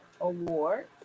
Award